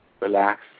Relax